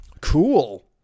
cool